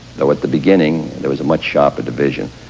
though at the beginning there was a much sharper division.